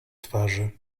twarzy